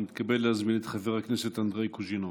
אני מתכבד להזמין את חבר הכנסת אנדרי קוז'ינוב.